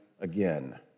again